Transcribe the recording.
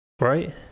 Right